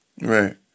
Right